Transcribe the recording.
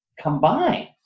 combine